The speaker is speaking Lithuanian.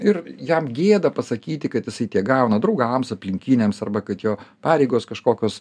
ir jam gėda pasakyti kad jisai tiek gauna draugams aplinkiniams arba kad jo pareigos kažkokios